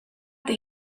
that